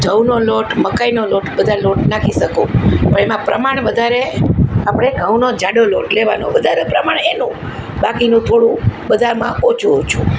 જવનો લોટ મકાઈનો લોટ બધા લોટ નાખી શકો પણ એમાં પ્રમાણ વધારે આપણે ઘઉંનો જાડો લોટ લેવાનો વધારે પ્રમાણે એનો બાકીનું થોડુ બધામાં ઓછું ઓછું